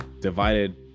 divided